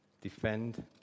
Defend